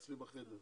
אצלי בחדר,